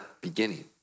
beginning